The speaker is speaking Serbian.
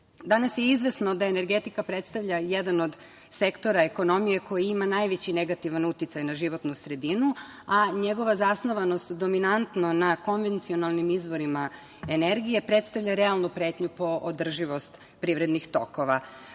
je izvesno da energetika predstavlja jedan od sektora ekonomije koji ima najveći negativan uticaj na životnu sredinu, a njegova zasnovanost dominantno na konvencionalnim izvorima energije predstavlja realnu pretnju po održivost privrednih